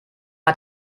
hat